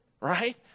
Right